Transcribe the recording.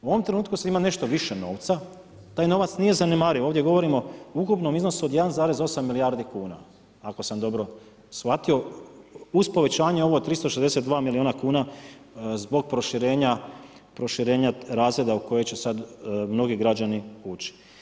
U ovom trenutku se ima više novca, taj novac nije zanemariv, ovdje govorimo o ukupnom iznosu od 1,8 milijardu kuna, ako sam dobro shvatio, uz povećanje ovo od 362 milijuna kuna zbog proširenja razreda u koji će sad mnogi građani ući.